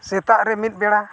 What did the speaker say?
ᱥᱮᱛᱟᱜ ᱨᱮ ᱢᱤᱫ ᱵᱮᱲᱟ